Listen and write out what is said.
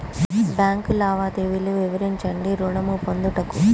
Bank లావాదేవీలు వివరించండి ఋణము పొందుటకు?